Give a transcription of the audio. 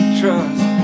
trust